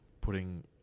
putting